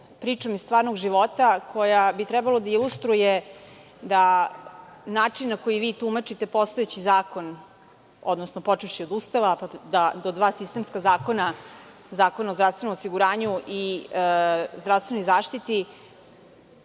pričom iz stvarnog života koja bi trebalo da ilustruje način na koji vi tumačite postojeći zakon, odnosno počevši od Ustava do dva sistemska zakona, Zakona o zdravstvenom osiguranju i zdravstvenoj zaštiti,